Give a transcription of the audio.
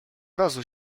razu